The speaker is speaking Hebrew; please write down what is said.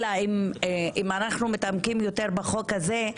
אם אנחנו מתעמקים יותר בחוק הזה,